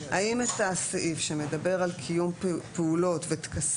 האם את הסעיף שמדבר על קיום פעולות וטקסים